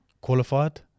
qualified